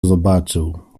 zobaczył